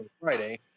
friday